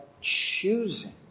choosing